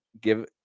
Give